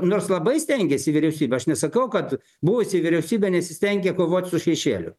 nors labai stengėsi vyriausybė aš nesakau kad buvusi vyriausybė nesistengė kovot su šešėliu